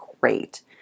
great